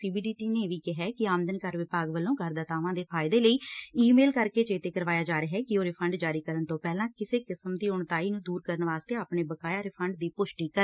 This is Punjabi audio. ਸੀ ਬੀ ਡੀ ਟੀ ਨੇ ਕਿਹੈ ਕਿ ਆਮਦਨ ਕਰ ਵਿਭਾਗ ਵੱਲੋਂ ਕਰ ਦਾਤਾਵਾਂ ਦੇ ਫਾਇਦੇ ਲਈ ਈ ਮੇਲ ਕਰਕੇ ਚੇਤੇ ਕਰਵਾਇਆ ਜਾ ਰਿਹੈ ਕਿ ਉਹ ਰਿਫੰਡ ਜਾਰੀ ਕਰਨ ਤੋਂ ਪਹਿਲਾਂ ਕਿਸੇ ਕਿਸਮ ਦੀ ਉਣਤਾਈ ਨੂੰ ਦੂਰ ਕਰਨ ਵਾਸਤੇ ਆਪਣੇ ਬਕਾਇਆ ਰਿਫੰਡ ਦੀ ਪੁਸ਼ਟੀ ਕਰਨ